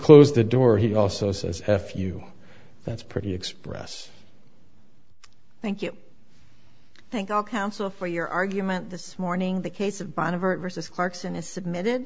close the door he also says f you that's pretty express thank you thank all council for your argument this morning the case of band of art versus clarkson is submitted